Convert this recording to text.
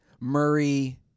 Murray